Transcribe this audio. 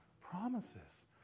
Promises